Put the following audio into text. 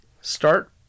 start